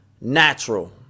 natural